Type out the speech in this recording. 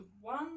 One